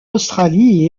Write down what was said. australie